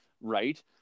right